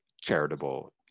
charitable